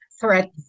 threat